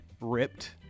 ripped